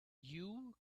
you